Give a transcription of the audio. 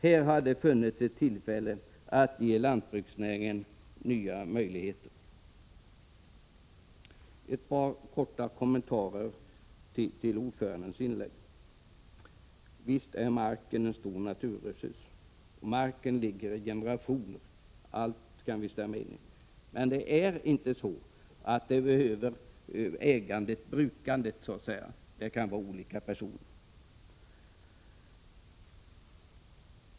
Här hade funnits tillfälle att ge lantbruksnäringen nya möjligheter. Jag vill göra ett par korta kommentarer till ordförandens inlägg. Visst är marken en stor naturresurs, och marken ligger i generationer. Allt detta kan vi instämma i. Men det är inte så att ägandet och brukandet kan upprätthållas av olika personer.